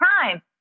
time